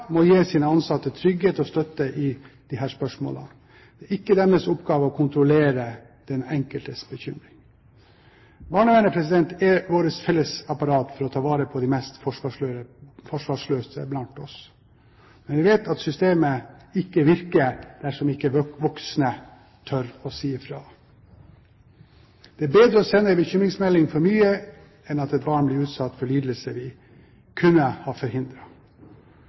må gi sine ansatte trygghet og støtte i disse spørsmålene. Det er ikke deres oppgave å kontrollere den enkeltes bekymring. Barnevernet er vårt felles apparat for å ta vare på de mest forsvarsløse blant oss, men vi vet at systemet ikke virker dersom ikke voksne tør å si fra. Det er bedre å sende en bekymringsmelding for mye enn at et barn blir utsatt for lidelser vi kunne ha